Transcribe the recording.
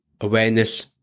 awareness